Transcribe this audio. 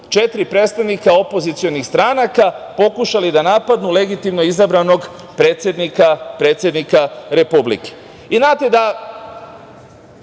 četiri predstavnika opozicionih stranaka pokušali da napadnu legitimno izabranog predsednika Republike. Znate